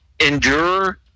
endure